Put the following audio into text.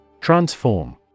Transform